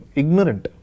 ignorant